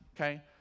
okay